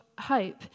hope